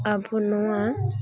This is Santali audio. ᱟᱵᱚ ᱱᱚᱣᱟ